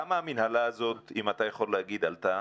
כמה המנהלה הזאת, אם אתה יכול להגיד, עלתה?